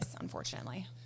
unfortunately